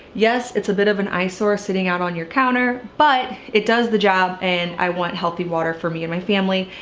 yes, it's a bit of an eyesore sitting out on your counter but it does the job and i want healthy water for me and my family.